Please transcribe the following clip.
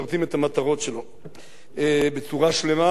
בצורה שלמה, עוד פעם, לא בצורה נכה.